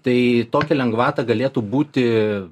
tai tokia lengvata galėtų būti